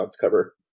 cover